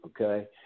Okay